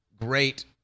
great